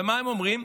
ומה הם אומרים?